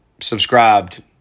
subscribed